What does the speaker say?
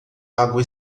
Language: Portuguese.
água